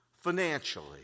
financially